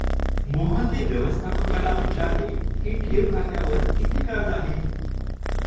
मोहनने व्यवस्थापकाला विचारले की ठेव खात्यावर किती व्याज आहे?